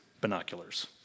binoculars